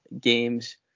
games